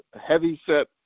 heavy-set